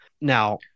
Now